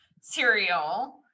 cereal